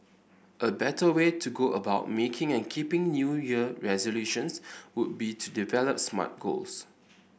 a better way to go about making and keeping New Year resolutions would be to develop smart goals